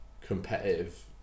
competitive